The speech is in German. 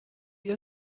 wir